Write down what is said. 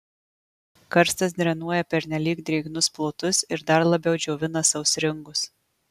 karstas drenuoja pernelyg drėgnus plotus ir dar labiau džiovina sausringus